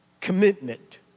commitment